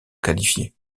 qualifiés